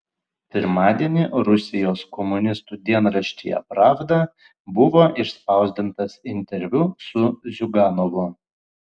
pirmadienį rusijos komunistų dienraštyje pravda buvo išspausdintas interviu su ziuganovu